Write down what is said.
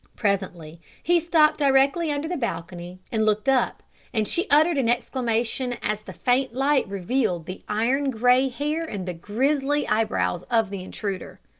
presently he stopped directly under the balcony and looked up and she uttered an exclamation, as the faint light revealed the iron-grey hair and the grisly eyebrows of the intruder.